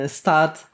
start